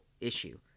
issue